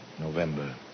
November